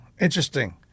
Interesting